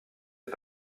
est